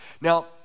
Now